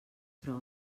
però